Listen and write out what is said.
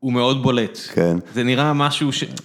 ‫הוא מאוד בולט. ‫-כן. ‫זה נראה משהו ש...